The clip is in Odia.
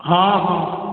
ହଁ ହଁ